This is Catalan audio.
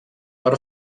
per